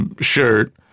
shirt